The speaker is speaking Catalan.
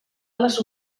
les